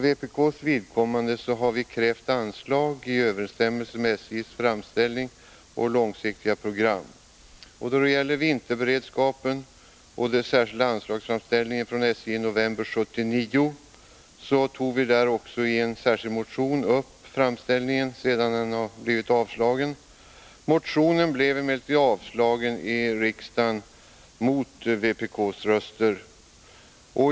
Vpk har emellertid krävt anslag i överensstämmelse med SJ:s framställning och långsiktiga program. Då det gäller vinterberedskapen och den särskilda anslagsframställningen från SJ i november 1979, tog vi i en motion upp denna framställning sedan den blivit avslagen. Motionen blev emellertid också avslagen i riksdagen mot vpk:s röster.